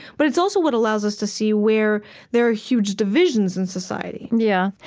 but it's also what allows us to see where there are huge divisions in society yeah,